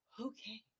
okay